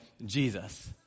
Jesus